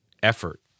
effort